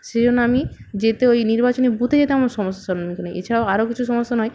সেই জন্য আমি যেতে ওই নির্বাচনী বুথে যেতে আমার সমস্যা এছাড়াও আরও কিছু সমস্যা নয়